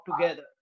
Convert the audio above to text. together